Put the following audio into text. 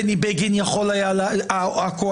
בני בגין יכול היה הקואליציה,